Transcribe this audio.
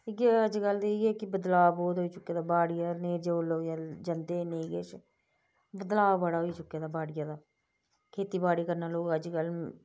जे अजकल ते इयै बदलाब होऐ दा ऐ बाड़िया लोग नेईं जंदे ना किश बदलाब बडा़ होई चुके दा वाडि़यै दा खेती बाड़ी करना लोग अजकल